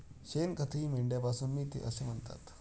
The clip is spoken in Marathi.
शेणखतही मेंढ्यांपासून मिळते असे म्हणतात